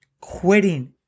Quitting